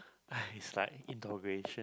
!hai! it's like interrogation